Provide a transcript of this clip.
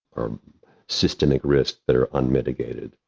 or systemic risks that are unmitigated,